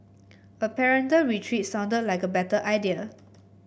a parental retreat sounded like a better idea